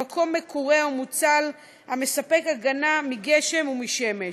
במקום מקורה או מוצל המספק הגנה מגשם ומשמש.